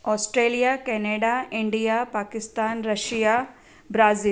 Australia Canada India Pakistan Russia Brazil